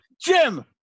Jim